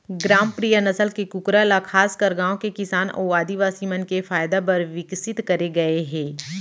ग्रामप्रिया नसल के कूकरा ल खासकर गांव के किसान अउ आदिवासी मन के फायदा बर विकसित करे गए हे